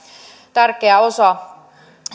tärkeä osa